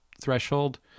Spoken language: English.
threshold